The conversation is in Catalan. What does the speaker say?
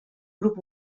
grup